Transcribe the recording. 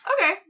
Okay